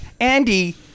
Andy